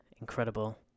incredible